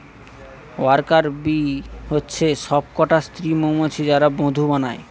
worker bee হচ্ছে সব কটা স্ত্রী মৌমাছি যারা মধু বানায়